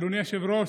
אדוני היושב-ראש,